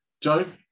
Joe